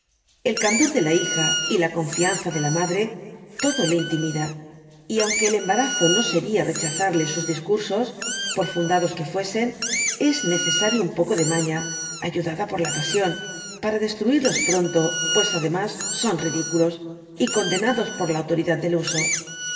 el candor de la hija y la confianza de la madre todo le intimida y aunque el embarazo no seria recharzarle sus discursos por fundados que fuesen es necesario un poco de maña ayudada por la pasión para destruirlos pronto pues ademas son ridiculos y condenados por la autoridad del uso